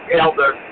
Elder